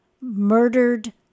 murdered